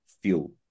fuel